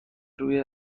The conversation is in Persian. روی